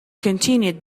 continued